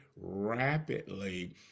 rapidly